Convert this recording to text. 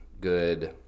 good –